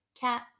Cat